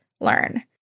learn